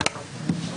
הישיבה ננעלה בשעה